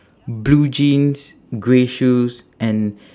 blue jeans grey shoes and